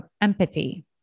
empathy